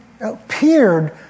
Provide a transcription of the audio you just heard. appeared